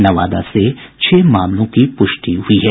नवादा से छह मामलों की पुष्टि हुई है